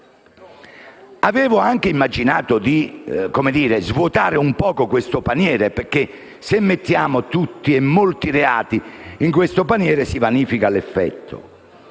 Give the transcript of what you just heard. avevo altresì immaginato di svuotare un po' questo paniere, perché se inseriamo molti reati in questo paniere si vanifica l'effetto.